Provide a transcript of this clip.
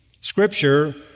Scripture